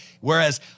Whereas